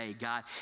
God